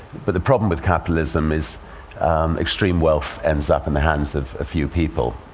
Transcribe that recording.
but the problem with capitalism is extreme wealth ends up in the hands of a few people,